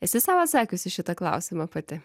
esi sau atsakius į šitą klausimą pati